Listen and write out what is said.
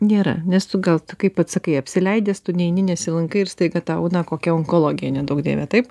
nėra nes tu gal kaip vat sakai apsileidęs tu neini nesilankai ir staiga tau na kokia onkologija neduok dieve taip